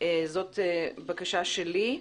זאת בקשה שלי,